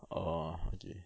oh okay